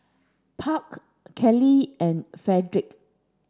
Park Kelli and Fredric